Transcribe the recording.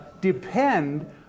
depend